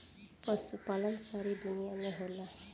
पशुपालन सारा दुनिया में होला